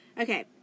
Okay